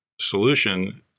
solution